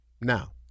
Now